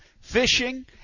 fishing